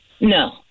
No